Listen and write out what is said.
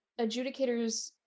adjudicators